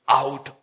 out